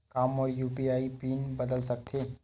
का मोर UPI PIN बदल सकथे?